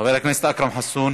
חבר הכנסת אכרם חסון,